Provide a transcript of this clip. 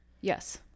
Yes